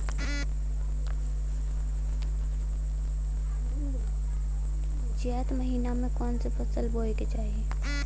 चैत महीना में कवन फशल बोए के चाही?